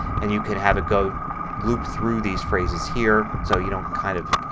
and you can have it go loop through these phrases here so you don't kind of,